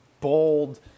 bold